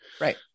Right